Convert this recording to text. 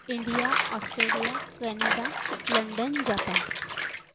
India Australia Canada London Japan